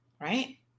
right